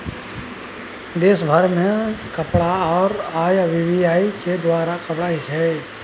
देशमे पाय बनेबाक काज आर.बी.आई द्वारा कएल जाइ छै